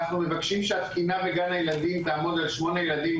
אנחנו מבקשים שהתקינה בגן הילדים תעמוד על שמונה ילדים,